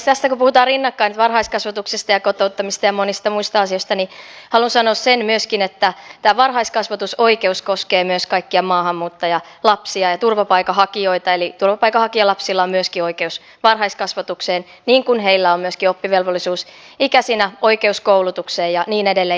tässä kun puhutaan rinnakkain varhaiskasvatuksesta ja kotouttamisesta ja monista muista asioista niin haluan sanoa sen myöskin että tämä varhaiskasvatusoikeus koskee myös kaikkia maahanmuuttajalapsia ja turvapaikanhakijoita eli turvapaikanhakijalapsilla on myöskin oikeus varhaiskasvatukseen niin kuin heillä on myöskin oppivelvollisuusikäisinä oikeus koulutukseen ja niin edelleen